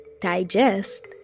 digest